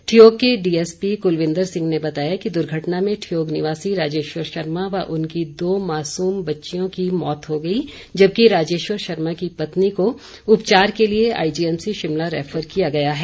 ठियोग के डीएसपी कुलविंदर सिंह ने बताया कि दुर्घटना में ठियोग निवासी राजेश्वर शर्मा व उनकी दो मासूम बच्चियों की मौत हो गई जबकि राजेश्वर शर्मा की पत्नी को उपचार के लिए आईजीएमसी शिमला रैफर किया गया है